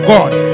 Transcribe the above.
God